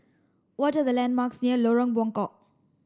what are the landmarks near Lorong Buangkok